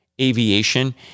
Aviation